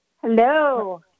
Hello